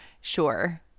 Sure